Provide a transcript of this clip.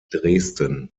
dresden